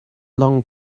long